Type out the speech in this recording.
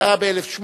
זה היה ב-1870,